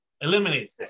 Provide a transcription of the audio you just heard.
Eliminate